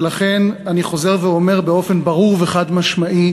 ולכן אני חוזר ואומר באופן ברור וחד-משמעי,